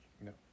No